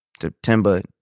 September